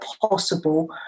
possible